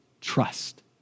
trust